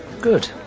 Good